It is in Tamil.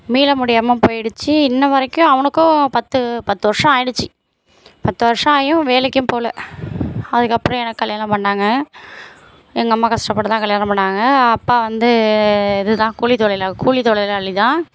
மீள முடியாமல் போய்டுச்சி இன்று வரைக்கும் அவனுக்கும் பத்து பத்து வருஷம் ஆகிடுச்சி பத்து வருஷம் ஆகியும் வேலைக்கும் போகல அதுக்கப்புறம் எனக்கு கல்யாணம் பண்ணாங்க எங்கள் அம்மா கஷ்டப்பட்டு தான் கல்யாணம் பண்ணாங்க அப்பா வந்து இது தான் கூலி தொழிலா கூலி தொழிலாளி தான்